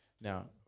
Now